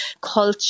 culture